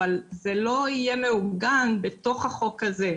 אבל זה לא יהיה מעוגן בחוק הזה.